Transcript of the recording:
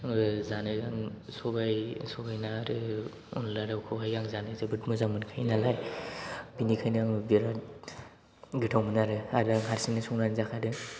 जानाया आं सबाय ना आरो अनला दाउखौहाय आङो जानो जोबोद मोजां मोनखायो नालाय बेनिखायनो आङो बिराद गोथाव मोनो आरो आरो आं हारसिंनो संनानै जाखादों